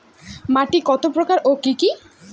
মাটি কতপ্রকার ও কি কী?